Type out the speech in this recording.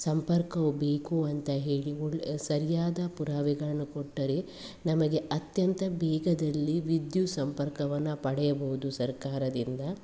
ಸಂಪರ್ಕವು ಬೇಕು ಅಂತ ಹೇಳಿ ಒಳ್ಳೆ ಸರಿಯಾದ ಪುರಾವೆಗಳನ್ನು ಕೊಟ್ಟರೆ ನಮಗೆ ಅತ್ಯಂತ ಬೇಗದಲ್ಲಿ ವಿದ್ಯುತ್ ಸಂಪರ್ಕವನ್ನು ಪಡೆಯಬಹುದು ಸರ್ಕಾರದಿಂದ